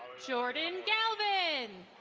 jordan galvin.